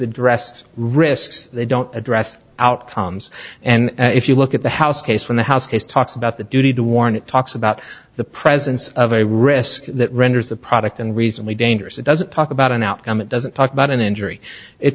addressed risks they don't address outcomes and if you look at the house case when the house case talks about the duty to warn it talks about the presence of a risk that renders the product and recently dangerous it doesn't talk about an outcome it doesn't talk about an injury it